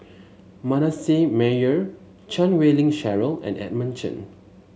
Manasseh Meyer Chan Wei Ling Cheryl and Edmund Chen